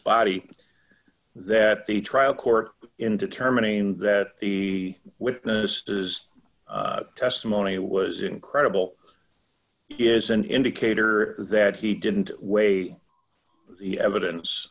body that the trial court in determining that the witnesses testimony was incredible is an indicator that he didn't weigh the evidence